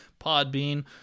Podbean